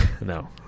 No